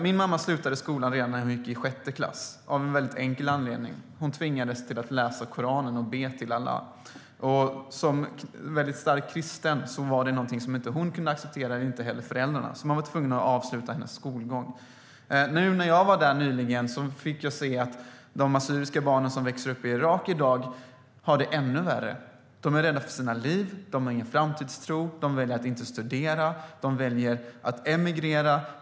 Hon slutade skolan när hon gick i sjätte klass av en mycket enkel anledning, nämligen att hon tvingades läsa Koranen och be till Allah. Som djupt troende kristen kunde hon inte acceptera det, inte heller hennes föräldrar. De var därför tvungna av avsluta hennes skolgång. När jag nyligen besökte landet fick jag se att de assyriska barn som i dag växer upp i Irak har det ännu värre. De unga är rädda för sina liv, de har ingen framtidstro, de väljer att inte studera, de väljer att emigrera.